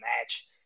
match